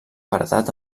paredat